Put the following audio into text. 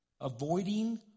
Avoiding